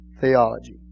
theology